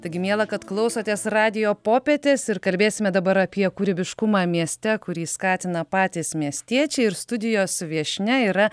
taigi miela kad klausotės radijo popietės ir kalbėsime dabar apie kūrybiškumą mieste kurį skatina patys miestiečiai ir studijos viešnia yra